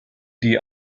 die